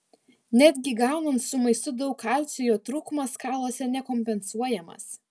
netgi gaunant su maistu daug kalcio jo trūkumas kauluose nekompensuojamas